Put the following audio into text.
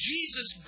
Jesus